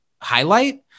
Highlight